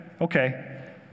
Okay